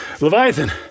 Leviathan